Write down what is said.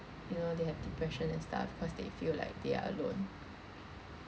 you know they have depression and stuff because they feel like they are alone